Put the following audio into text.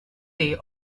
day